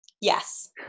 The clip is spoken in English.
Yes